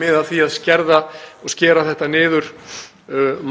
miða að því að skera þetta niður